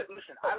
Listen